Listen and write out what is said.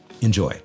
enjoy